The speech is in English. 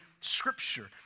Scripture